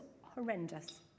horrendous